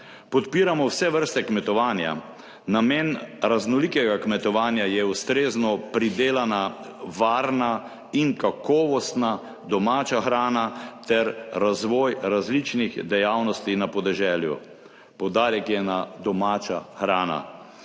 Podpiramo vse vrste kmetovanja. Namen raznolikega kmetovanja je ustrezno pridelana, varna in kakovostna domača hrana ter razvoj različnih dejavnosti na podeželju, poudarek je na domači hrani.